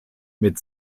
mit